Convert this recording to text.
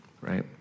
right